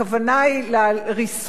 הכוונה היא לריסוס